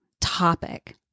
topic